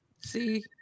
See